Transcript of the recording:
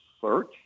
search